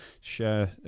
share